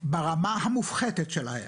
ברמה המופחתת שלהם.